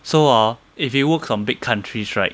so hor if it works on big countries right